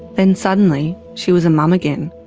then suddenly, she was a mum again,